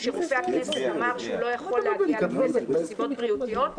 או שרופא הכנסת אמר שהוא לא יכול להגיע לכנסת מסיבות בריאותיות,